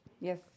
Yes